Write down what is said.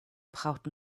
braucht